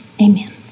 Amen